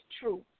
true